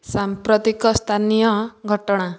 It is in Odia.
ସାମ୍ପ୍ରତିକ ସ୍ଥାନୀୟ ଘଟଣା